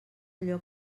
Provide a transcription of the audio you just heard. allò